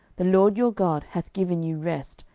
the lord your god hath given you rest,